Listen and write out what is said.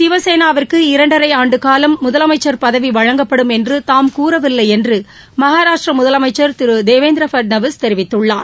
சிவசேனாவிற்கு இரண்டரை ஆண்டுகாலம் முதலமைச்சர் பதவி வழங்கப்படும் என்று தாம் கூறவில்லை என்று மகாராஷ்டிர முதலமைச்சர் திரு தேவேந்திர பட்நாவிஸ் தெரிவித்துள்ளார்